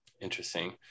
Interesting